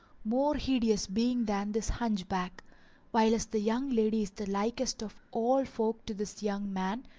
more hideous being than this hunchback whilest the young lady is the likest of all folk to this young man,